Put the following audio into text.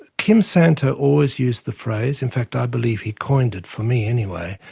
kim santow always used the phrase, in fact i believe he coined it for me anyway,